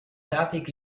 fertig